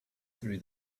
through